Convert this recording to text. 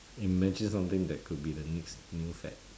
imagine something that could be the next new fad